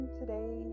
today